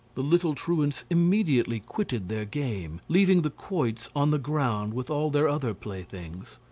the little truants immediately quitted their game, leaving the quoits on the ground with all their other playthings.